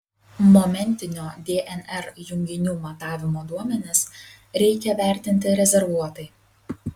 momentinio dnr junginių matavimo duomenis reikia vertinti rezervuotai